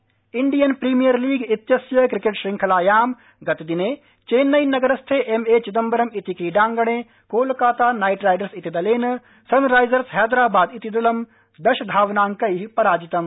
क्रीडा वार्ताः Indian premier league इत्यस्य क्रिकेट श्रृंखलायां हयः चेन्नईनगरस्थे एमए चिदम्बरम् इति क्रीडाङ्गणे कोलकाता नाइटराइडर्स इति दलेन सनराइज़र्स हैदराबाद इति दलं दशधावनांकेः पराजितम्